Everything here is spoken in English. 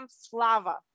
Slava